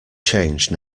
change